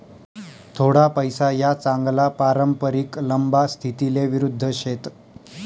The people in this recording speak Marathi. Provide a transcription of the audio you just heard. थोडा पैसा या चांगला पारंपरिक लंबा स्थितीले विरुध्द शेत